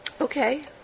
Okay